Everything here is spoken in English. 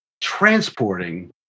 transporting